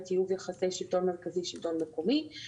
טיוב יחסי שלטון מרכזי שלטון מקומי,